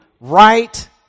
right